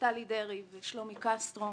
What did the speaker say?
נפתלי דרעי ושלומי קסטרו